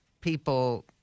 people